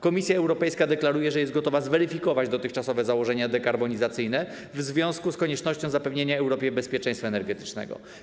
Komisja Europejska deklaruje, że jest gotowa zweryfikować dotychczasowe założenia dekarbonizacyjne w związku z koniecznością zapewnienia Europie bezpieczeństwa energetycznego.